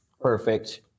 perfect